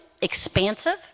expansive